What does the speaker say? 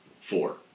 four